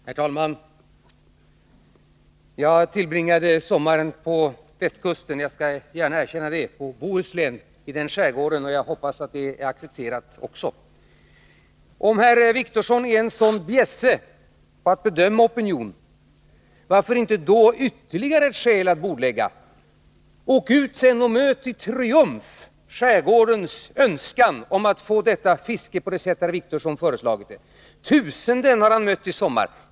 Herr talman! Jag tillbringade sommaren på västkusten — jag skall gärna erkänna det. Jag var i Bohusläns skärgård, och jag hoppas att också det kan accepteras. Om herr Wictorsson är en sådan bjässe när det gäller att bedöma opinionen, då finns det ju ytterligare ett skäl för att bordlägga ärendet. Åk ut, och möt i triumf skärgårdsborna och deras önskan om att få fisket på det sätt herr Wictorsson har föreslagit! Tusenden har han mött i sommar.